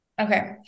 Okay